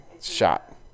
shot